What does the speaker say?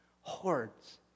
hordes